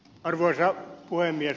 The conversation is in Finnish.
arvoisa puhemies